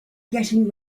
getting